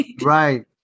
Right